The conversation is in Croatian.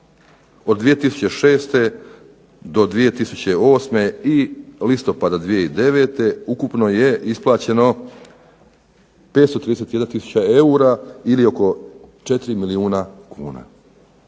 od 2006. do 2008. i listopada 2009. ukupno je isplaćeno 531 tisuća eura ili oko 4 milijuna kuna.